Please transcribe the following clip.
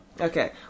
Okay